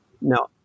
No